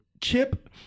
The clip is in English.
Chip